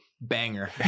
Banger